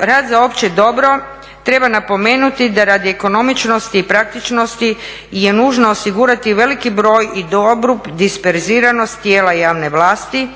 rad za opće dobro treba napomenuti da radi ekonomičnosti i praktičnosti je nužno osigurati veliki broj i dobru disperziranost tijela javne vlasti,